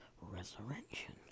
resurrection